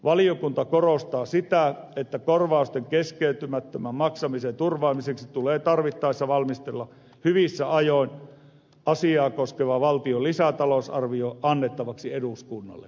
valiokunta korostaa sitä että korvausten keskeytymättömän maksamisen turvaamiseksi tulee tarvittaessa valmistella hyvissä ajoin asiaa koskeva valtion lisätalousarvio annettavaksi eduskunnalle